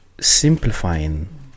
simplifying